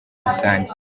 rusange